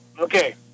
okay